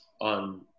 on